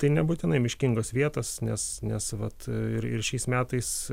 tai nebūtinai miškingos vietos nes nes vat ir ir šiais metais